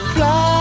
Fly